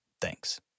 Thanks